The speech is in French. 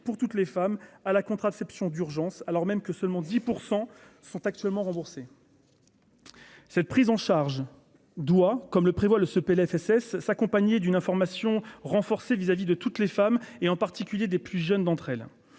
pour toutes les femmes à la contraception d'urgence, alors même que seulement 10 % sont actuellement remboursés. Cette prise en charge doit, comme le prévoit le ce s'accompagner d'une information renforcée vis-à-vis de toutes les femmes et en particulier des plus jeunes d'entre elles